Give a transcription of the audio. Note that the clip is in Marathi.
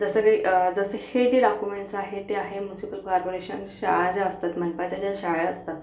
जसं काही जसं हे जे डाक्युमेंटस् आहेत ते आहे मुन्सिपल कार्परेशन शाळा ज्या असतात मनपाच्या ज्या शाळा असतात